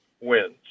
wins